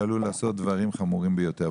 שעלול לעשות דברים חמורים ביותר.